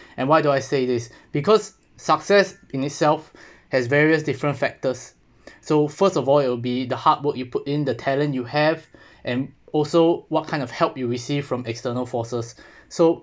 and why do I say this because success in itself has various different factors so first of all you will be the hard work you put in the talent you have and also what kind of help you received from external forces so